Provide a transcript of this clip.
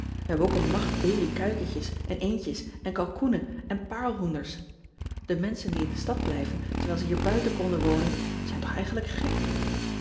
e hebben ook een macht babykuikentjes en eendjes en kalkoenen en paarlhoenders ean ebster adertje angbeen e menschen die in de stad blijven terwijl ze hier buiten konden wonen zijn toch eigenlijk gek